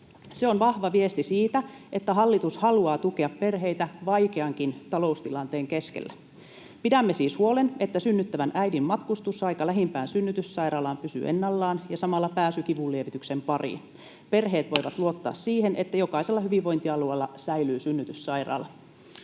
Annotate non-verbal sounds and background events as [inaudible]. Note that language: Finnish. Se on vahva viesti siitä, että hallitus haluaa tukea perheitä vaikeankin taloustilanteen keskellä. Pidämme siis huolen, että synnyttävän äidin matkustusaika lähimpään synnytyssairaalaan pysyy ennallaan ja samalla pääsy kivunlievitykseen pariin. [noise] Perheet voivat luottaa siihen, että jokaisella hyvinvointialueella säilyy synnytyssairaala.